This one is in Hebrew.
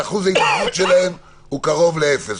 שאחוז ההידבקות שלהם קרוב לאפס.